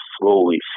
slowly